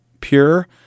pure